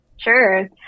Sure